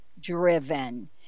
driven